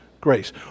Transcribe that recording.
grace